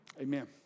Amen